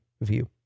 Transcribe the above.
view